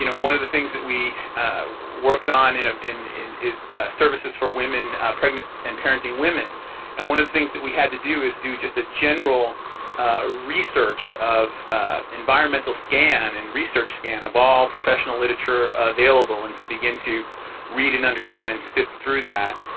you know one of the things that we worked on um is is services for women pregnant and parenting women and one of the things that we had to do is do just a general research of environmental scan and research scan of all professional literature available and to begin to read and understand and sift through that.